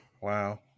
Wow